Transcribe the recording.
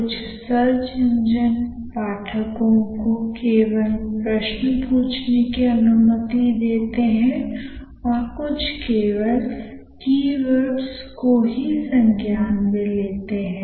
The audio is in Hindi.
कुछ सर्च इंजन पाठकों को केवल प्रश्न पूछने की अनुमति देते हैं और कुछ केवल कीवर्ड्स कोई ही संज्ञान में लेते हैं